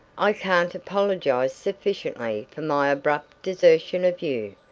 i can't apologize sufficiently for my abrupt desertion of you,